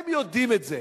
הם יודעים את זה.